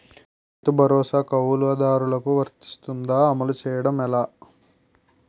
రైతు భరోసా కవులుదారులకు వర్తిస్తుందా? అమలు చేయడం ఎలా